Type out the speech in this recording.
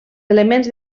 elements